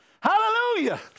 Hallelujah